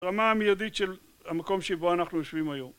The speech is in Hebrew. רמה המיידית של המקום שבו אנחנו יושבים היום